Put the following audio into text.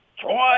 Troy